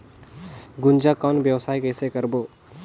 गुनजा कौन व्यवसाय कइसे करबो?